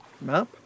map